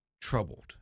troubled